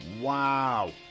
Wow